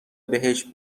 بهشت